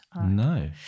No